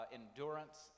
endurance